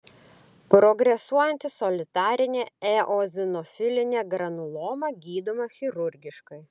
progresuojanti solitarinė eozinofilinė granuloma gydoma chirurgiškai